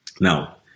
Now